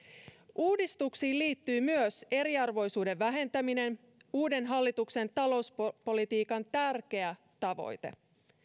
uudistuksiin liittyy myös eriarvoisuuden vähentäminen uuden hallituksen talouspolitiikan tärkeä tavoite